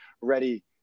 ready